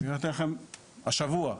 השבוע,